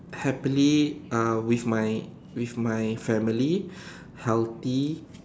happily uh with my with my family healthy